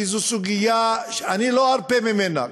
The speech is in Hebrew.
כי זו סוגיה שאני לא ארפה ממנה.